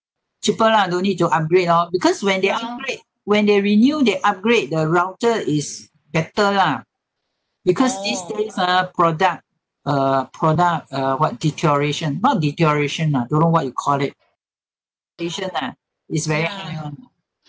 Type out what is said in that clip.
cheaper lah no need to upgrade lor because when they are in place when they renew they upgrade the router is better lah because these days ah product uh product uh [what] deterioration not deterioration lah don't know what you call it deterioration ah is very high